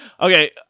Okay